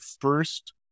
first